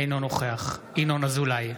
אינו נוכח ינון אזולאי,